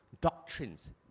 doctrines